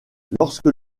lorsque